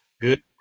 good